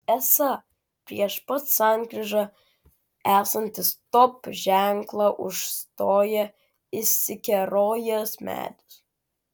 esą prieš pat sankryžą esantį stop ženklą užstoja įsikerojęs medis